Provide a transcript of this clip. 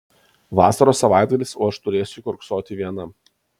vasaros savaitgalis o aš turėsiu kiurksoti viena